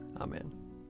Amen